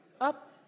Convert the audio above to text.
Up